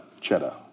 Cheddar